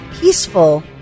peaceful